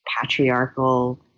patriarchal